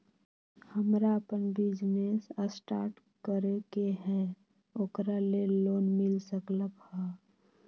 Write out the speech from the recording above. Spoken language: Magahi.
हमरा अपन बिजनेस स्टार्ट करे के है ओकरा लेल लोन मिल सकलक ह?